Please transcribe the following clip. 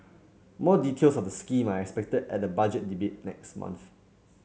more details of the scheme are expected at the Budget Debate next month